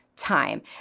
Time